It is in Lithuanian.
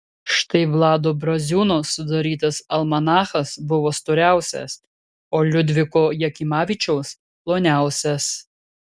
štai vlado braziūno sudarytas almanachas buvo storiausias o liudviko jakimavičiaus ploniausias